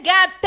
God